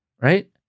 right